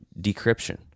decryption